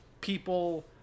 people